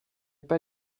pas